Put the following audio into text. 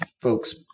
folks